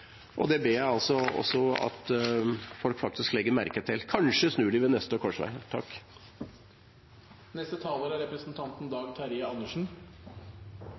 og det ber jeg om at folk faktisk legger merke til. Kanskje snur de ved neste korsvei. Jeg er glad for at Karin Andersen